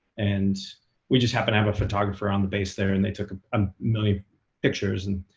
and we just happen to have a photographer on the base there, and they took a um million pictures. and